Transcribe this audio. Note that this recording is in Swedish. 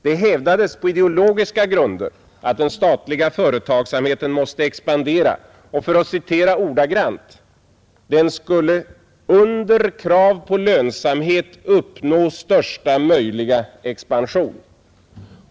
Det hävdades på ideologiska grunder att den statliga företagsamheten måste existera och skulle, för att citera ordagrant, ”under krav på lönsamhet uppnå största möjliga expansion”.